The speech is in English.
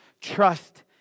trust